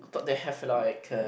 thought they have a lot like uh